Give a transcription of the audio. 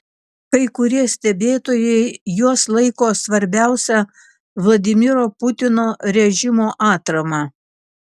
kai kurie stebėtojai juos laiko svarbiausia vladimiro putino režimo atrama